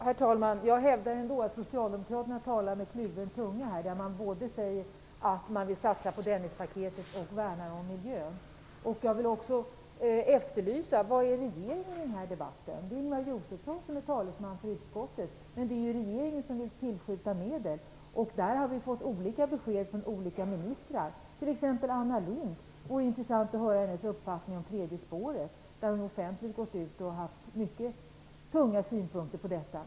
Herr talman! Jag hävdar ändå att socialdemokraterna talar med kluven tunga. Man säger att man både vill satsa på Dennispaketet och värna miljön. Var är regeringen i den här debatten? Ingemar Josefsson är talesman för utskottsmajoriteten, men det är regeringen som vill tillskjuta medel. Där har vi fått olika besked från olika ministrar. Det vore intressant att höra Anna Lindhs uppfattning om tredje spåret. Hon har gått ut offentligt och haft tunga synpunkter.